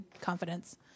confidence